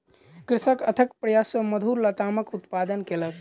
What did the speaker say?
कृषक अथक प्रयास सॅ मधुर लतामक उत्पादन कयलक